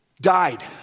died